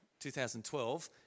2012